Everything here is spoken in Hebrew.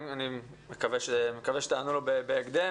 אני מקווה שתענו לו בהקדם.